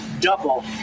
double